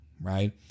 right